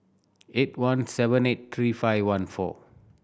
eight one seven eight three five one four